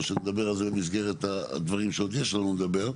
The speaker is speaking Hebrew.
שנדבר על זה במסגרת הדברים שיש לנו לדבר.